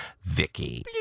Vicky